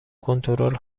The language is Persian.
کنترل